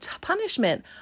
punishment